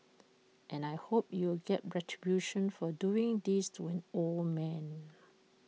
and I hope U will get retribution for doing this to an old man